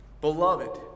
Beloved